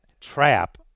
trap